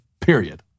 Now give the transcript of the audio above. period